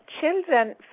children